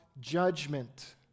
judgment